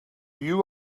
you